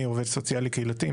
אני עובד סוציאלי קהילתי,